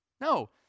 No